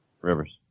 Rivers